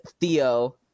Theo